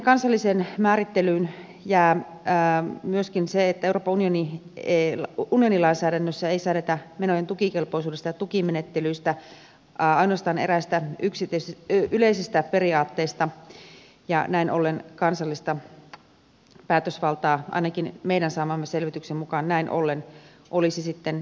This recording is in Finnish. kansalliseen määrittelyyn jää myöskin se että euroopan unionin lainsäädännössä ei säädetä menojen tukikelpoisuudesta ja tukimenettelyistä ainoastaan eräistä yleisistä periaatteista ja ainakin meidän saamamme selvityksen mukaan näin ollen kansallista päätösvaltaa olisi sitten enemmän